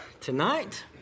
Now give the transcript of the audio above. tonight